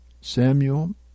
Samuel